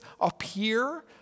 appear